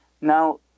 Now